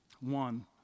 One